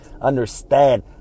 understand